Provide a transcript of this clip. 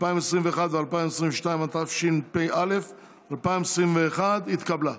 2021 ו-2022), התשפ"א 2021, התקבלה.